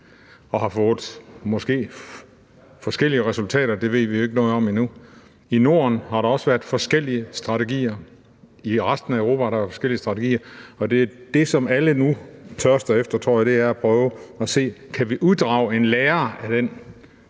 og har fået, måske, forskellige resultater. Det ved vi ikke noget om endnu. I Norden har der også været forskellige strategier, i resten af Europa har der været forskellige strategier, og det er det, som alle nu, tror jeg, tørster efter: At prøve at se, om vi kan uddrage en lære af den